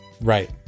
right